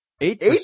Eight